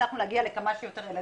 הצלחנו להגיע לכמה שיותר ילדים.